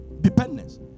Dependence